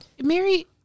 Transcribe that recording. Mary